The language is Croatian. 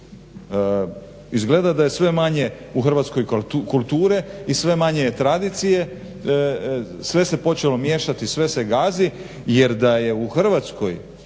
Izgleda da je sve manje u Hrvatskoj kulture i sve manje tradicije, sve se počelo miješati, sve se gazi jer da je u Hrvatskoj